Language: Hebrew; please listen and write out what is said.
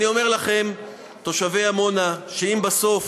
אני אומר לכם, תושבי עמונה, אם בסוף